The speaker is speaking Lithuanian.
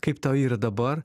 kaip tau yra dabar